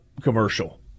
commercial